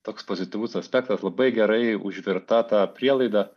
toks pozityvus aspektas labai gerai užvirta ta prielaida